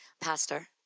Pastor